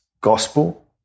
gospel